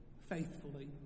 faithfully